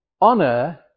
honor